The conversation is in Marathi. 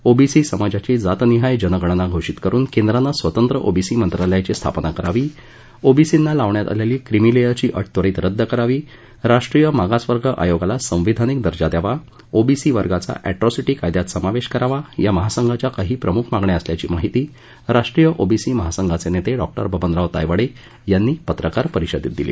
ओबीसी समाजाची जातनिहाय जनगणना घोषित करून केंद्रानं स्वतंत्र ओबीसी मंत्रालयाची स्थापना करावी ओबीसींना लावण्यात आलेली क्रिमीलेयरची अट त्वरीत रद्द करावी राष्ट्रीय मागासवर्ग आयोगाला संविधानिक दर्जा द्यावा ओबीसी वर्गाचा अर्ट्रीसिटी कायद्यात समावेश करावा या महासंघाच्या काही प्रमुख मागण्या असल्याची माहिती राष्ट्रीय ओबीसी महासंघाचे नेते डॉ बबनराव तायवाडे यांनी पत्रकार परिषदेत दिली